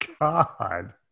god